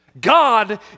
God